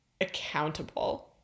accountable